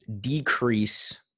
decrease